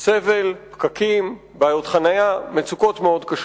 סבל, פקקים, בעיות חנייה, מצוקות מאוד קשות.